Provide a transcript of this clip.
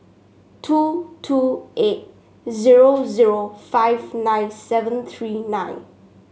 two two eight zero zero five nine seven three nine